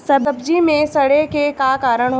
सब्जी में सड़े के का कारण होला?